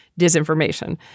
disinformation